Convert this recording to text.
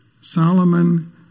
Solomon